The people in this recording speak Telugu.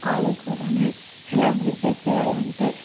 ఆలూ కూరని ఎలా ప్రిపేర్ చేయాలంటే